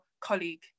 colleague